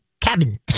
cabin